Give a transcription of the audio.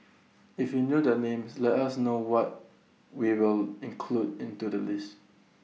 if you know their names let us know what we will include into the list